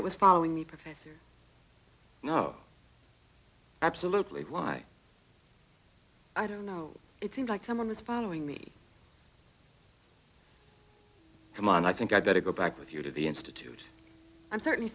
that was following the professor oh absolutely why i don't know it seemed like someone was following me come on i think i'd better go back with you to the institute i'm certainly